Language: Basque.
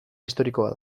historikoa